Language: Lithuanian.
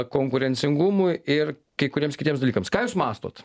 konkurencingumui ir kai kuriems kitiems dalykams ką jūs mąstot